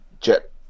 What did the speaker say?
jet